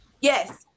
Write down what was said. yes